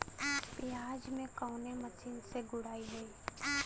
प्याज में कवने मशीन से गुड़ाई होई?